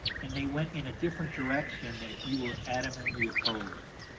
and they went in a different direction that you were adamantly opposed.